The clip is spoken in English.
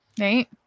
Right